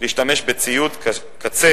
להשתמש בציוד הקצה